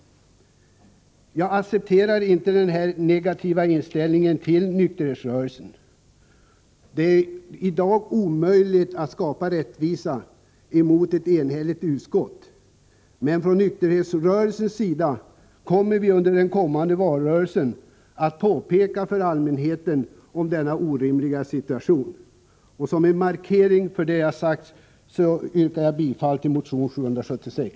Jag accepterar inte den här negativa inställningen till nykterhetsrörelsen. Det är i dag omöjligt att skapa rättvisa emot ett enhälligt utskott, men från nykterhetsrörelsens sida skall vi under den kommande valrörelsen påpeka denna orimliga situation för allmänheten. Som en ytterligare markering av vad jag har sagt yrkar jag bifall till motion 1776.